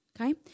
Okay